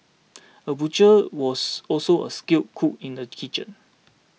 a butcher was also a skilled cook in the kitchen